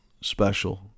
special